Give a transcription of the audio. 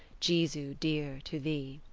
jesu dear, to thee!